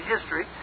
history